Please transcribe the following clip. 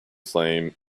flame